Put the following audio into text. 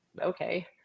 okay